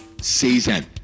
season